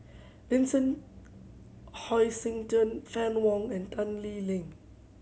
Vincent Hoisington Fann Wong and Tan Lee Leng